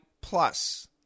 plus